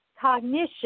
cognition